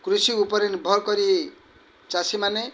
କୃଷି ଉପରେ ନିର୍ଭର କରି ଚାଷୀମାନେ